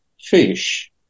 fish